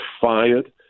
fired